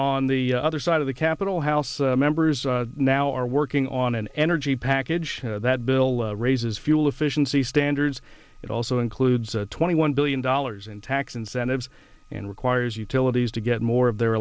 on the other side of the capitol house members now are working on an energy package that bill raises fuel efficiency standards it also includes a twenty one billion dollars in tax incentives and requires utilities to get more of their